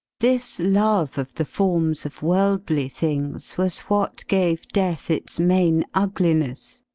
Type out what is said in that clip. this love of the forms of world ly things. was what gave death its main ugliness,